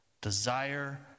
desire